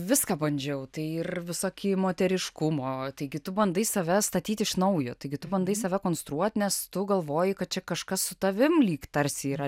viską bandžiau tai ir visokie moteriškumo taigi tu bandai save statyti iš naujo taigi tu bandai save konstruoti nes tu galvoji kad čia kažkas su tavim lyg tarsi yra